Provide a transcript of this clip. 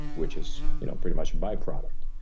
which is you know pretty much and byproduct,